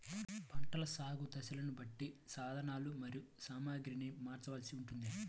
పంటల సాగు దశలను బట్టి సాధనలు మరియు సామాగ్రిని మార్చవలసి ఉంటుందా?